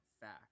fact